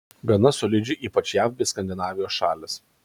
gana solidžiai ypač jav bei skandinavijos šalys